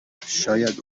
شاید